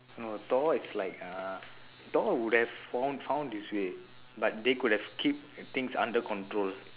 no thor is like uh thor would have found found his way but they could have keep things under control